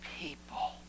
people